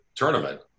tournament